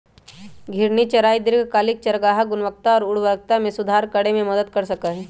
घूर्णी चराई दीर्घकालिक चारागाह गुणवत्ता और उर्वरता में सुधार करे में मदद कर सका हई